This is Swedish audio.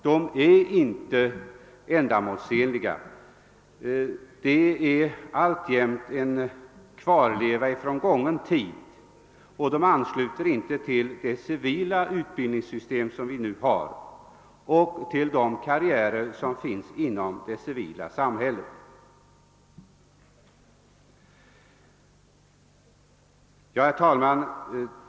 Den nuvarande befälsordningen är en kvarleva från en gången tid och ansluter inte till dagens civila utbildningssystem och inte till karriärerna inom vårt moderna samhälle. Herr talman!